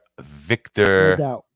Victor